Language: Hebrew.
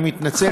אני מתנצל שאני,